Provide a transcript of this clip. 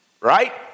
right